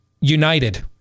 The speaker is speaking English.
United